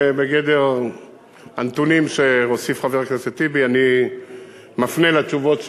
ובגדר הנתונים שהוסיף חבר הכנסת טיבי אני מפנה לתשובות,